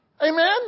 Amen